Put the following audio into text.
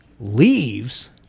leaves